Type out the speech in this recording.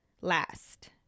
last